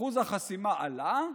אחוז החסימה עלה,